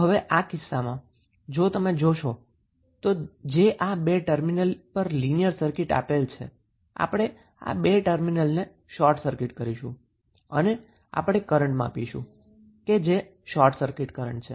તો હવે જો આ કિસ્સામાં તમે જોશો જો આ બે ટર્મિનલ લીનીયર સર્કિટ છે તો આપણે આ બે ટર્મિનલને શોર્ટ સર્કિટ કરીશું અને આપણે કરન્ટ માપીશું કે જે શોર્ટ સર્કિટ કરન્ટ છે